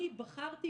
אני בחרתי,